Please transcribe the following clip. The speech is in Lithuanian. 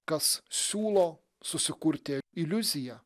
kas siūlo susikurti iliuziją